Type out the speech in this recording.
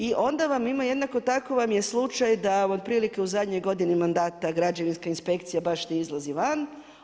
I onda vam ima jednako tako vam je slučaj da otprilike zadnjoj godini mandata građevinska inspekcija baš ne izlazi van.